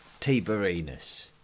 Tiberinus